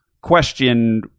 question